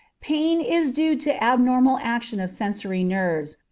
pain is due to abnormal action of sensory nerves,